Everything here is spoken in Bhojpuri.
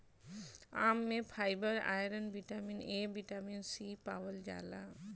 आम में fibre, iron, vitamin A, vitamin C पावल जाला